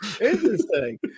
Interesting